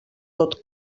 tot